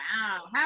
Wow